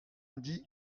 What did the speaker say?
dit